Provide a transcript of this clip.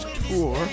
tour